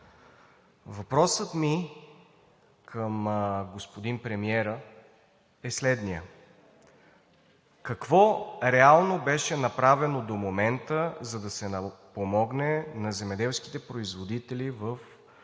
Въпросът ми към господин премиера е следният: какво реално беше направено до момента, за да се помогне на земеделските производители в